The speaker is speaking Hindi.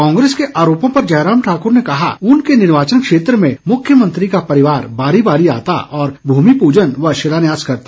कांग्रेस के आरोपों पर जयराम ठाकुर ने कहा कि उनके निर्वाचन क्षेत्र में मुख्यमंत्री का परिवार बारी बारी आता और मूमि पूजन और शिलान्यास करता